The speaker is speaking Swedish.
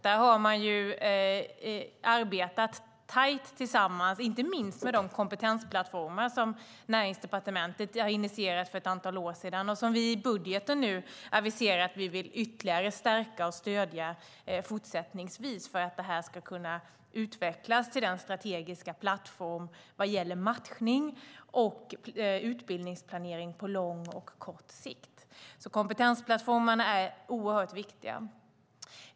Där har man arbetat tajt tillsammans, inte minst med de kompetensplattformar som Näringsdepartementet har initierat för ett antal år sedan och som vi nu i budgeten har aviserat att vi vill stärka ytterligare och stödja i fortsättningen för att detta ska kunna utvecklas till en strategisk plattform vad gäller matchning och utbildningsplanering på lång och kort sikt. Kompetensplattformarna är därför oerhört viktiga.